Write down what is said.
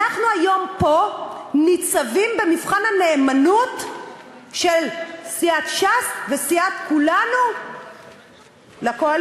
אנחנו היום פה ניצבים במבחן הנאמנות של סיעת ש"ס וסיעת כולנו לקואליציה.